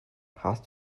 hast